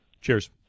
Cheers